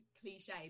cliche